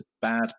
bad